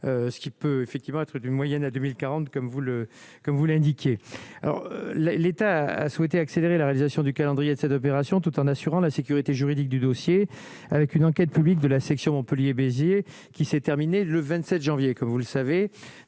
ce qui peut effectivement être d'une moyenne à 2040, comme vous le comme vous l'indiquiez alors l'État a souhaité accélérer la réalisation du calendrier de cette opération tout en assurant la sécurité juridique du dossier avec une enquête publique, de la section Montpellier-Béziers qui s'est terminée le 27 janvier comme vous le savez,